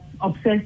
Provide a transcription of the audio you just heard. obsessed